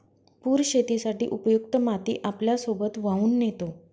पूर शेतीसाठी उपयुक्त माती आपल्यासोबत वाहून नेतो